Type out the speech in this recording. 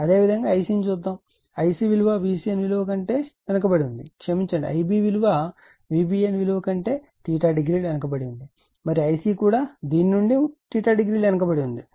అదేవిధంగా Ic ని చూద్దాము Icవిలువ VCN విలువ కంటే వెనుకబడి ఉంటే క్షమించండి Ib విలువ VBN విలువ కంటే o వెనుకబడి ఉంటుంది మరియు Ic కూడా దీని నుండి o వెనుకబడి ఉంటుంది